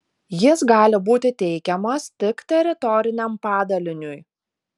jis gali būti teikiamas tik teritoriniam padaliniui